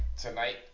Tonight